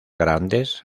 grandes